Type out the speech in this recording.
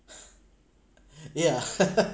yeah